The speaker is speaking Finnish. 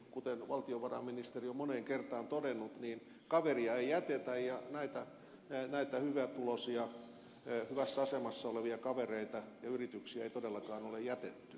kuten valtiovarainministeri on moneen kertaan todennut niin kaveria ei jätetä ja näitä hyvätuloisia hyvässä asemassa olevia kavereita ja yrityksiä ei todellakaan ole jätetty